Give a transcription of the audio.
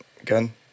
again